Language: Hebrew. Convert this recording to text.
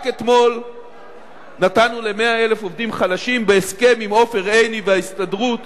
רק אתמול נתנו ל-100,000 עובדים חלשים בהסכם עם עופר עיני וההסתדרות